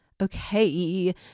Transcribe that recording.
Okay